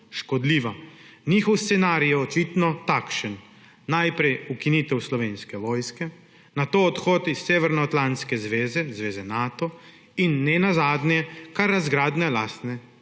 Njihov scenarij je očitno takšen: najprej ukinitev Slovenske vojske, nato odhod iz severnoatlantske zveze, zveze Nato, in ne nazadnje kar razgradnja lastne